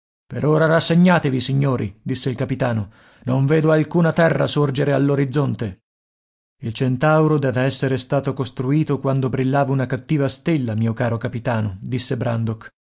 per ora rassegnatevi signori disse il capitano non vedo alcuna terra sorgere all'orizzonte il centauro deve essere stato costruito quando brillava una cattiva stella mio caro capitano disse brandok